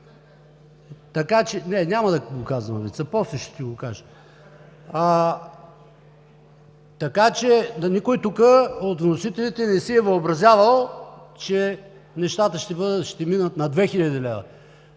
Добрев.) Не, няма да ти го казвам вица, после ще ти го кажа! Така че никой тук от вносителите не си е въобразявал, че нещата ще минат на 2000 лв.